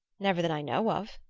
never that i know of.